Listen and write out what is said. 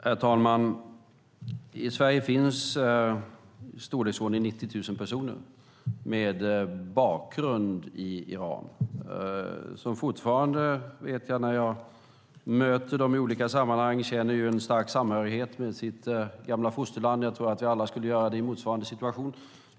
Herr talman! I Sverige finns i storleksordningen 90 000 personer med bakgrund i Iran. Jag möter dem i olika sammanhang. Fortfarande känner de en stark samhörighet med sitt gamla fosterland. Jag tror att vi alla skulle göra det i motsvarande situation.